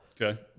Okay